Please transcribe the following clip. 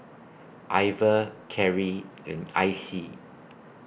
Iver Carri and Icey